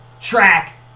track